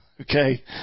okay